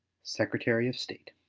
secretary of state.